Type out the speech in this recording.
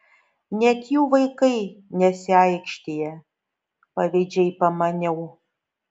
net jų vaikai nesiaikštija pavydžiai pamaniau